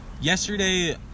Yesterday